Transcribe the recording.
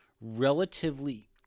relatively